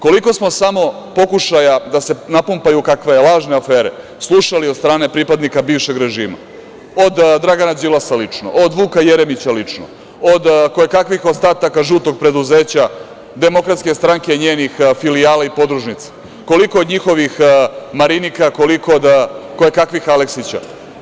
Koliko smo samo pokušaja da se napumpaju kakve lažne afere slušali od strane pripadnika bivšeg režima, od Dragana Đilasa lično, od Vuka Jeremića lično, od kojekakvih ostataka žutog preduzeća, DS i njenih filijala i podružnica, koliko od njihovih Marinika, koliko od kojekakvih Aleksića.